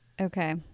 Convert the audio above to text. Okay